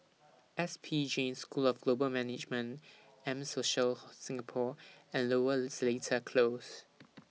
S P Jain School of Global Management M Social Singapore and Lower Seletar Close